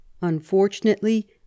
Unfortunately